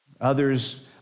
Others